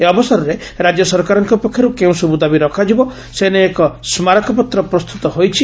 ଏହି ଅବସରରେ ରାକ୍ୟ ସରକାରଙ୍କ ପକ୍ଷରୁ କେଉଁସବୁ ଦାବି ରଖାଯିବ ସେ ନେଇ ଏକ ସ୍କାରକପତ୍ର ପ୍ରସ୍ତୁତ ହୋଇଛି